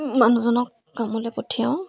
মানুহজনক কামলৈ পঠিয়াওঁ